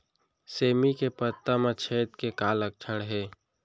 सेमी के पत्ता म छेद के का लक्षण हे?